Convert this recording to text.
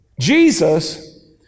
Jesus